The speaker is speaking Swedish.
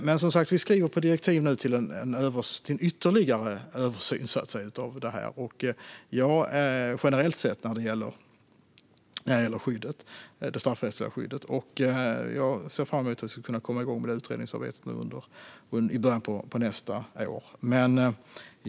Men, som sagt, vi skriver nu på direktiv till ytterligare en översyn, generellt sett när det gäller det straffrättsliga skyddet. Jag ser fram emot att utredningsarbetet ska kunna komma igång i början av nästa år.